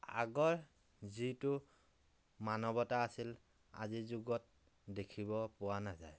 আগৰ যিটো মানৱতা আছিল আজিৰ যুগত দেখিব পোৱা নাযায়